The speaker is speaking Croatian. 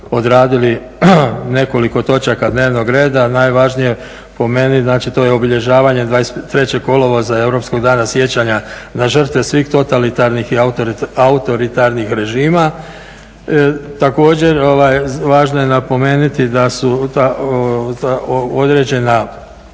odradili nekoliko točaka dnevnog reda. Najvažnije po meni znači to je obilježavanje 23. kolovoza Europskog dana sjećanja na žrtve svih totalitarnih i autoritarnih režima. Također, važno je napomenuti da su određena